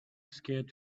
scared